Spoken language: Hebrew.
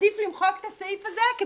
עדיף למחוק את הסעיף הזה,